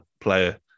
player